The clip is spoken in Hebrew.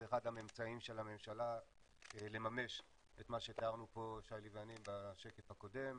זה אחד האמצעים של הממשלה לממש את מה שתיארנו פה שי-לי ואני בשקף הקודם.